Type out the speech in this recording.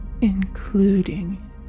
Including